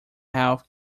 health